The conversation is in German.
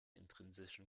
intrinsischen